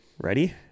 Ready